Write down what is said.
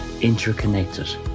interconnected